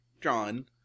John